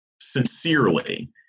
sincerely